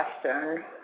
question